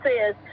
says